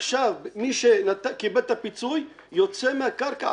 עכשיו מי שקיבל את הפיצוי יוצא מהקרקע.